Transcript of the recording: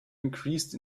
increased